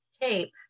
Tape